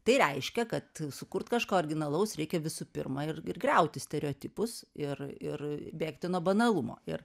tai reiškia kad sukurt kažką originalaus reikia visu pirma ir ir griauti stereotipus ir ir bėgti nuo banalumo ir